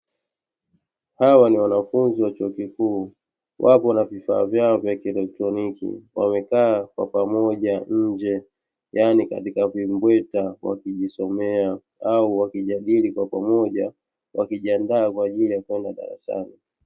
Hawa ni wanafunzi wa chuo kikuu wapo na vifaa vyao vya kielektroniki, wamekaa kwa pamoja nje yaani katika vimbweta wakijisomea au wakijadili kwa pamoja wakijiandaa kwa ajili ya kwenda darasani.